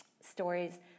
stories